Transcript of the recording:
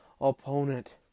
opponent